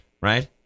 right